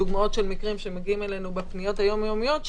דוגמאות של מקרים שמגיעים אלינו בפניות היומיומיות,